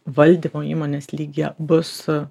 valdymo įmonės lygyje bus